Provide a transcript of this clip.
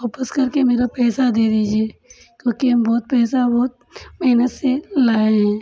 वापस करके मेरा पैसा दे दीजिए क्योंकि हम बहुत पैसा बहुत मेहनत से लाए हैं